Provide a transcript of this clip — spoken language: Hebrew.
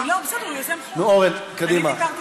אני מוותרת, נו, אורן, קדימה.